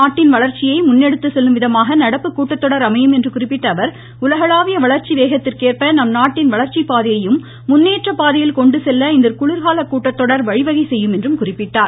நாட்டின் வளர்ச்சியை முன்னெடுத்துச் செல்லும் விதமாக நடப்பு கூட்டத்தொடர் அமையும் என்று குறிப்பிட்ட அவர் உலகளாவிய வளர்ச்சி வேகத்திற்கேற்ப நம் நாட்டின் வளர்ச்சிப் பாதையையும் முன்னேற்றப் பாதையில் கொண்டு செல்ல இக்குளிர்கால கூட்டத்தொடர் வழிவகை செய்யும் என்றும் அவர் குறிப்பிட்டார்